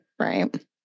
right